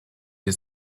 wir